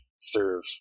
serve